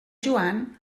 joan